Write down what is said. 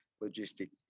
logistics